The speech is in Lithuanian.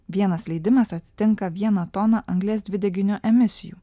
vienas leidimas atitinka vieną toną anglies dvideginio emisijų